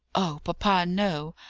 oh, papa, no!